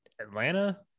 Atlanta